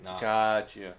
Gotcha